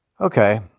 Okay